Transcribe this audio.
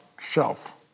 self